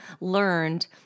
learned